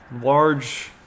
large